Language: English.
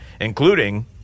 including